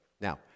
Now